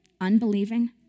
unbelieving